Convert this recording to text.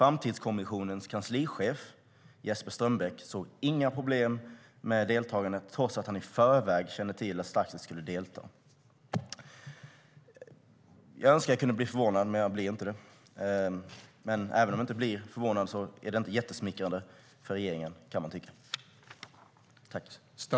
Framtidskommissionens kanslichef Jesper Strömbäck såg inga problem med deltagandet trots att han i förväg kände till att Stakset skulle delta. Jag önskar att jag kunde bli förvånad, men jag blir inte det. Även om jag inte blir förvånad är detta inte jättesmickrande för regeringen, kan man tycka.